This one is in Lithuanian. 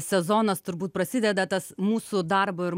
sezonas turbūt prasideda tas mūsų darbo ir